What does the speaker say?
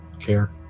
care